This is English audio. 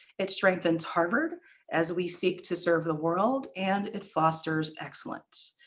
it strengthens harvard as we seek to serve the world. and it fosters excellence.